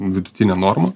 vidutinė norma